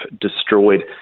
destroyed